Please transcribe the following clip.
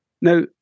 Now